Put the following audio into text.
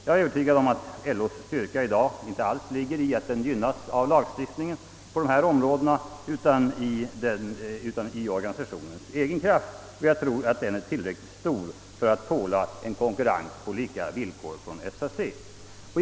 Jag är förvissad om att LO:s styrka i dag inte alls ligger i att organisationen gynnas av lagstiftningen på dessa områden utan dess egen kraft, och jag tror att den är tillräckligt stor för att tåla en konkurrens på lika villkor med SAC.